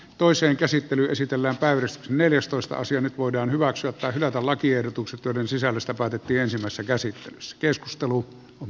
toisen käsittely esitellään päivitys neljästoista sija nyt voidaan hyväksyä tai hylätä lakiehdotukset joiden sisällöstä päätettiin samassa käsi se keskustelu on